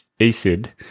ACID